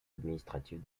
administratif